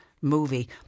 Movie